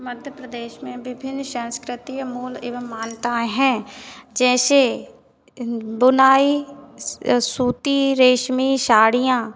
मध्य प्रदेश में विभिन्न संस्कृतियाँ मूल एवं मान्यताएँ हैं जैसे बुनाई सूती रेशमी साड़ियाँ